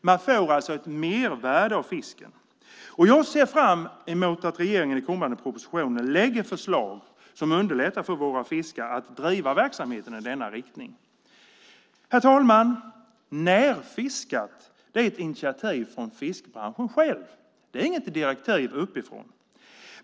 Man får ett mervärde av fisken. Jag ser fram emot att regeringen i kommande propositioner lägger förslag som underlättar för våra fiskare att driva verksamheten i denna riktning. Herr talman! Närfiskat är ett initiativ från fiskbranschen själv. Det är inget direktiv uppifrån.